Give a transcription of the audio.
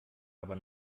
aber